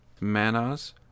manas